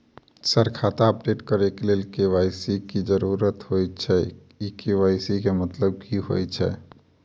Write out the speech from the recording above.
Sir खाता update करऽ लेल के.वाई.सी की जरुरत होइ छैय इ के.वाई.सी केँ मतलब की होइ छैय?